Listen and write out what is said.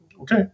okay